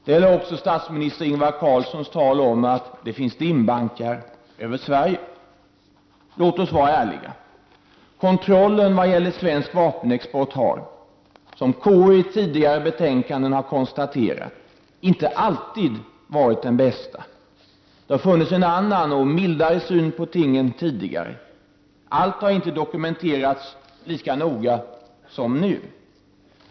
Det gäller också statsminister Ingvar Carlssons tal om att det finns dimbankar över Sverige. Låt oss vara ärliga. Kontrollen vad gäller svensk vapenexport har — som KU i tidigare betänkanden konstaterat — inte alltid varit den bästa. Det har funnits en annan och mildare syn på tingen tidigare. Allt har inte dokumenterats lika noga som nu.